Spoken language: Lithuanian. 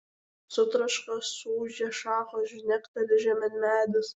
sutraška suūžia šakos žnekteli žemėn medis